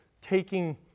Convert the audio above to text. taking